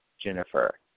Jennifer